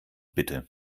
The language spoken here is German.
bitte